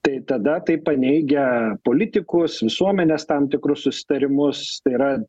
tai tada tai paneigia politikus visuomenės tam tikrus susitarimus tai yra